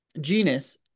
genus